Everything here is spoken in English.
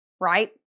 right